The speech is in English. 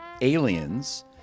Aliens